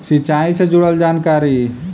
सिंचाई से जुड़ल जानकारी?